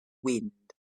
wind